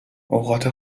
اوقات